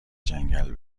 جنگل